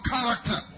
character